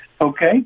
Okay